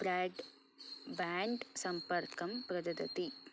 broadband सम्पर्कं प्रददति